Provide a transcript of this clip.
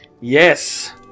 Yes